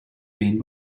been